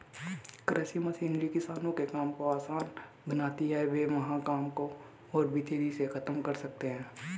कृषि मशीनरी किसानों के काम को आसान बनाती है और वे वहां काम को और भी तेजी से खत्म कर सकते हैं